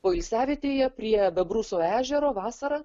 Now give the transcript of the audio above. poilsiavietėje prie bebrusų ežero vasarą